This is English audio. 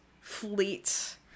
fleet